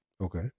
Okay